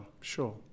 Sure